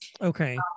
okay